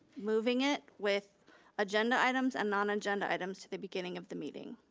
moving it with agenda items and non agenda items to the beginning of the meeting.